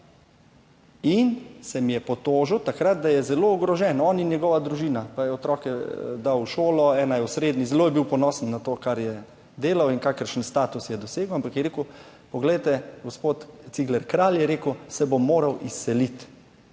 in se mi je takrat potožil, da je zelo ogrožen, on in njegova družina. Pa je otroke dal v šolo, ena je v srednji, zelo je bil ponosen na to, kar je delal in kakršen status je dosegel, ampak je rekel: gospod Cigler Kralj, se bom moral izseliti,